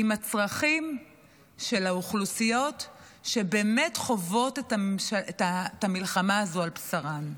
עם הצרכים של האוכלוסיות שבאמת חוות את המלחמה הזו על בשרן.